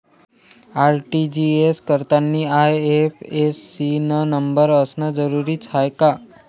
RTGS करतांनी IFSC न number असनं जरुरीच हाय का?